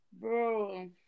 bro